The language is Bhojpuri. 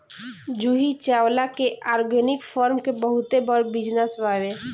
जूही चावला के ऑर्गेनिक फार्म के बहुते बड़ बिजनस बावे